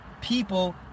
people